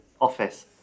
office